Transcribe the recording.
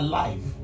life